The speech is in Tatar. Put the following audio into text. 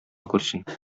күрсен